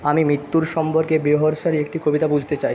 আমি মৃত্যুর সম্পর্কে বেহর্সের একটি কবিতা বুঝতে চাই